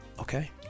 Okay